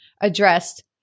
addressed